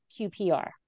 QPR